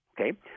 Okay